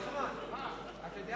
לא נתקבלה.